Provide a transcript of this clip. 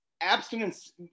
abstinence